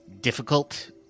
difficult